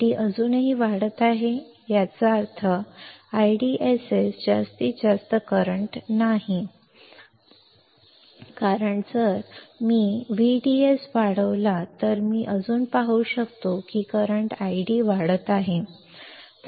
ID अजूनही वाढत आहे याचा अर्थ माझा IDss जास्तीत जास्त करंट नाही माझा IDSS जास्तीत जास्त करंट नाही कारण जर मी माझा VDS 0 व्होल्ट वाढवला तर मी अजूनही पाहू शकतो की करंट ID वाढत आहे